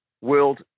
world